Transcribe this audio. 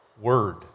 Word